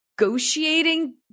negotiating